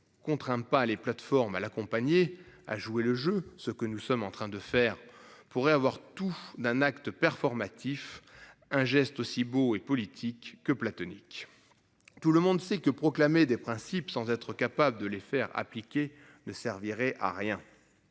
contraint pas les plateformes à l'accompagner à jouer le jeu. Ce que nous sommes en train de faire pourrait avoir tout d'un acte performatif un geste aussi beau et politique que platonique. Tout le monde sait que proclamer des principes sans être capable de les faire appliquer ne servirait à rien.